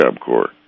Corps